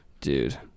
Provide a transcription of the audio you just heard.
Dude